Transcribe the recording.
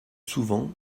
souvent